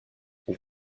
elle